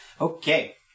Okay